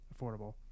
affordable